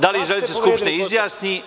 Da li želite da se Skupština izjasni.